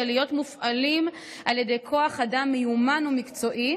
ולהיות מופעלים על ידי כוח אדם מיומן ומקצועי,